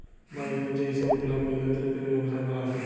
বাজারে যেই সব গুলাপল্য দ্রব্যের বেবসা ক্যরা হ্যয়